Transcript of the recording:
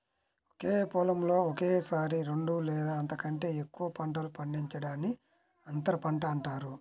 ఒకే పొలంలో ఒకేసారి రెండు లేదా అంతకంటే ఎక్కువ పంటలు పండించడాన్ని అంతర పంట అంటారు